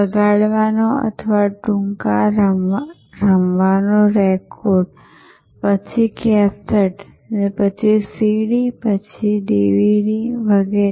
વગાડવાનો અથવા ટૂંકા રમવાનો રેકોર્ડ પછી કેસેટ પછી સીડી ડીવીડી વગેરે